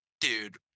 dude